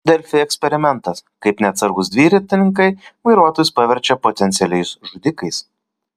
delfi eksperimentas kaip neatsargūs dviratininkai vairuotojus paverčia potencialiais žudikais